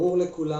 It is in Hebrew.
ברור לכולם